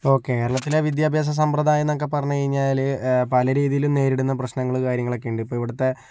ഇപ്പോൾ കേരളത്തിലെ വിദ്യാഭ്യാസ സമ്പ്രദായം എന്നൊക്കെ പറഞ്ഞു കഴിഞ്ഞാല് പല രീതിയിലും നേരിടുന്ന പ്രശ്നങ്ങൾ കാര്യങ്ങൾ ഒക്കെ ഉണ്ട് ഇപ്പോൾ ഇവിടുത്തെ